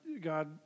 God